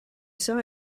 saw